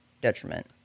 detriment